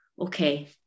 okay